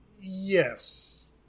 Yes